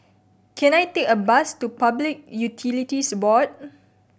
can I take a bus to Public Utilities Board